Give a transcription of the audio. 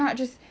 of course